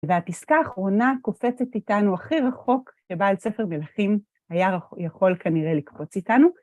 והפסקה האחרונה קופצת איתנו הכי רחוק שבעל ספר מלכים היה יכול כנראה לקפוץ איתנו.